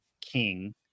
king